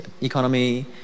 economy